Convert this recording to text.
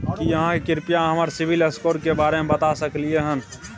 की आहाँ कृपया हमरा सिबिल स्कोर के बारे में बता सकलियै हन?